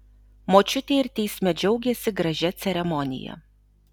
močiutė ir teisme džiaugėsi gražia ceremonija